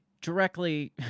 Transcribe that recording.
directly